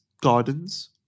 gardens